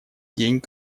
день